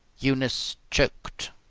eunice choked.